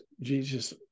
jesus